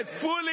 fully